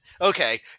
Okay